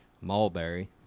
Mulberry